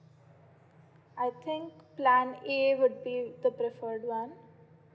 I think plan A would be the preferred one